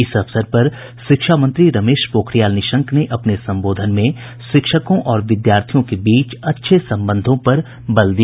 इस अवसर पर शिक्षामंत्री रमेश पोखरियल निशंक ने अपने संबोधन में शिक्षकों और विद्यार्थियों के बीच अच्छे संबंधों पर बल दिया